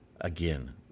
again